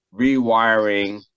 Rewiring